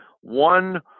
One